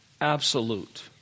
absolute